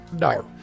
No